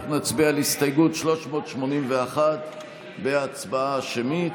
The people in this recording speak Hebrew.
אנחנו נצביע על הסתייגות 381 בהצבעה שמית.